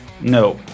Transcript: No